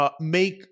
make